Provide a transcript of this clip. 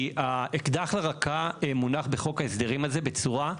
כי האקדח לרקה מונח בחוק ההסדרים הזה בצורה,